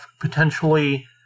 potentially